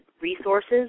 resources